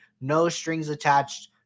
no-strings-attached